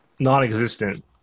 non-existent